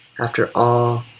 after all,